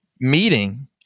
meeting